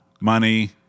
money